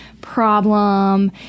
problem